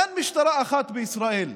אין משטרה אחת בישראל.